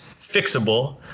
fixable